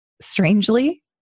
strangely